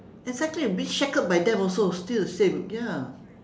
exactly being shackled by them also still the same ya